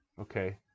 Okay